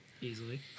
Easily